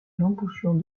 l’embouchure